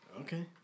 Okay